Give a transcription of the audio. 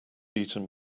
eaten